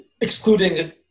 excluding